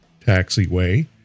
taxiway